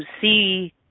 see